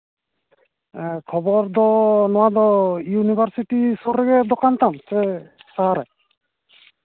ᱠᱷᱚᱵᱚᱨ ᱫᱚ ᱱᱚᱣᱟ ᱫᱚ ᱤᱭᱩᱱᱤᱵᱷᱟᱨᱥᱤᱴᱤ ᱥᱩᱨ ᱨᱮᱜᱮ ᱫᱚᱠᱟᱱ ᱛᱟᱢ ᱥᱮ ᱚᱠᱟᱨᱮ